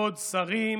ועוד שרים